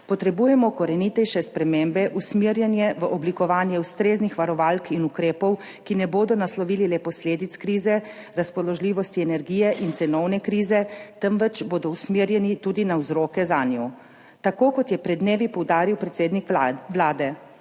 Potrebujemo korenitejše spremembe, usmerjene v oblikovanje ustreznih varovalk in ukrepov, ki ne bodo naslovili le posledic krize razpoložljivosti energije in cenovne krize, temveč bodo usmerjeni tudi na vzroke zanjo. Tako kot je pred dnevi poudaril predsednik vlade,